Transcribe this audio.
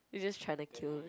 you just trying to kill